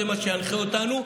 זה מה שינחה אותנו,